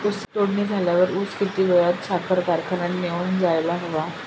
तोडणी झाल्यावर ऊस किती वेळात साखर कारखान्यात घेऊन जायला हवा?